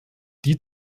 die